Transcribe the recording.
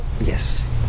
Yes